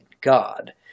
God